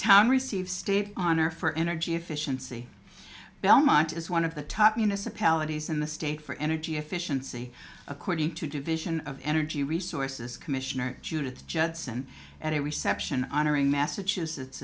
town receive state honor for energy efficiency belmont is one of the top municipalities in the state for energy efficiency according to do vision of energy resources commissioner judith judson at a reception honoring massachusetts